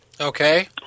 Okay